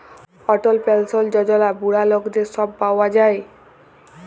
অটল পেলসল যজলা বুড়া লকদের ছব পাউয়া যায়